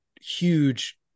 huge